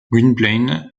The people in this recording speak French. gwynplaine